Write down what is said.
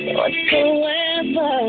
Whatsoever